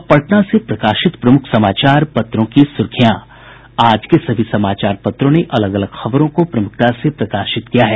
अब पटना से प्रकाशित प्रमुख समाचार पत्रों की सुर्खियां आज के सभी समाचार पत्रों ने अलग अलग खबरों को प्रमूखता से प्रकाशित किया है